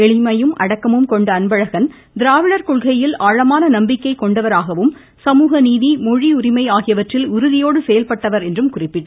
எளிமையும் அடக்கமும் கொண்ட அன்பழகன் திராவிடர் கொள்கையில் ஆழமான நம்பிக்கை கொண்டவராகவும் சமூகநீதி மொழி உரிமை ஆகியவற்றில் உறுதியோடு செயல்பட்டவர் என்றும் குறிப்பிட்டார்